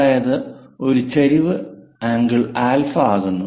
അതായത് ഒരു ചെരിവ് ആംഗിൾ ആൽഫ ആകുന്നു